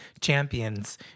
champions